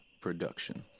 production